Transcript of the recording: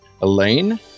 Elaine